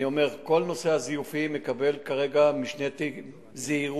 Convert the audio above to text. אני אומר שכל נושא הזיופים מטופל כרגע במשנה זהירות